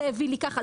זה הביא ככה,